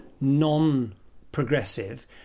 non-progressive